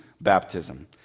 baptism